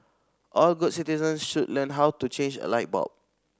all good citizens should learn how to change a light bulb